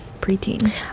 preteen